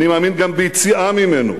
אני מאמין שגם ביציאה ממנו.